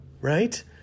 right